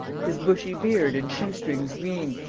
his bushy beard and shoe-strings green,